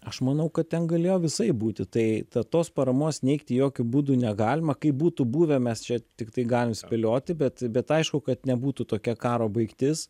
aš manau kad ten galėjo visaip būti tai ta tos paramos neigti jokiu būdu negalima kaip būtų buvę mes čia tiktai galim spėlioti bet bet aišku kad nebūtų tokia karo baigtis